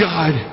God